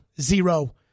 Zero